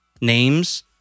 names